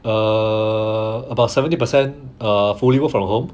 err about seventy percent err fully work from home